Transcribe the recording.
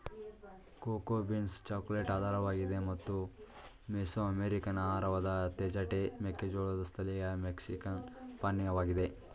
cocoa beans chocolate ಆಧಾರವಾಗಿದೆ ಮತ್ತು Mesoamerican ಆಹಾರವಾದ ತೇಜಟೆ ಮೆಕ್ಕೆಜೋಳದ್ ಸ್ಥಳೀಯ ಮೆಕ್ಸಿಕನ್ ಪಾನೀಯವಾಗಿದೆ